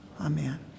amen